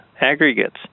aggregates